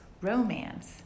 romance